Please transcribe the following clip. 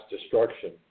destruction